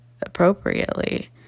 appropriately